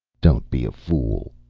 don't be a fool!